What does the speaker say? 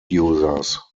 users